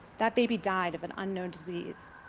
that baby died of an unknown disease.